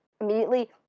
immediately